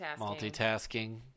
Multitasking